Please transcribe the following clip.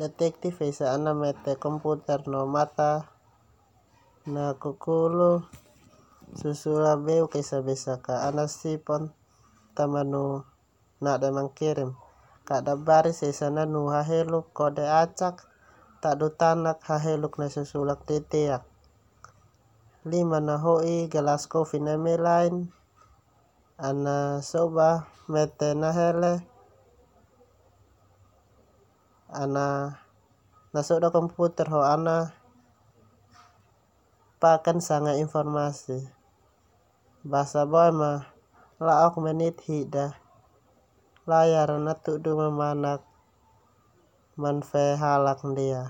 Detektif esa ana mete komputer no matan a kakulu. Susulak beuk esa besak ka ana sipo ta manu nadek mankirim, kada baris esa manu haheluk kode acak tadu-tanak haheluk nai susulak ndia teak. Liman na hoi gelas kofi nai mei lain, ana soba mete nahele. Ana nasoda komputer ho ana paken sanga informasi. Basa boema la'ok menit hida layar a nayudu mamanak manfe halak ndia.